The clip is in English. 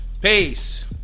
Peace